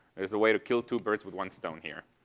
there's a way to kill two birds with one stone here.